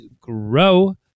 grow